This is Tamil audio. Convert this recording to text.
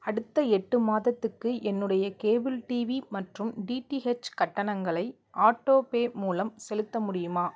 அடுத்த எட்டு மாதத்துக்கு என்னுடைய கேபிள் டிவி மற்றும் டிடிஹெச் கட்டணங்களை ஆட்டோபே மூலம் செலுத்த முடியுமா